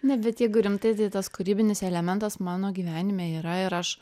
ne bet jeigu rimtai tai tas kūrybinis elementas mano gyvenime yra ir aš